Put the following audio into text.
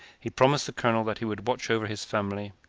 he promised the colonel that he would watch over his family,